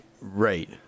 right